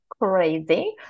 Crazy